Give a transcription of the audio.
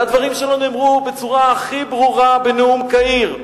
והדברים שלו נאמרו בצורה הכי ברורה בנאום קהיר.